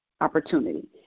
opportunity